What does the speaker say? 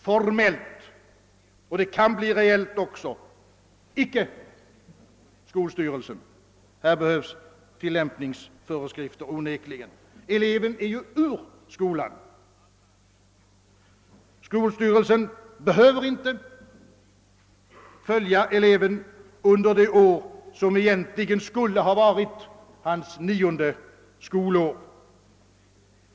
Icke skolstyrelsen. Här behövs onekligen tillämpningsföreskrifter. Eleven är ju ur skolan, och skolstyrelsen behöver inte följa eleven under det år som egentligen skulle ha varit hans nionde skolår.